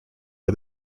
are